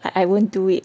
like I won't do it